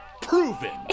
proven